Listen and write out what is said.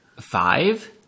Five